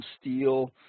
steel